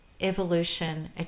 evolution